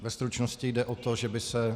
Ve stručnosti jde o to, že by se